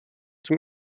zum